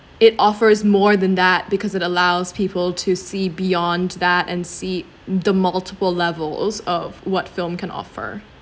it offers more than that because it allows people to see beyond that and see the multiple levels of what film can offer